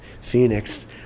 Phoenix